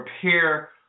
prepare